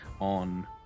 On